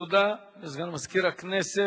תודה לסגן מזכיר הכנסת.